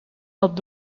dat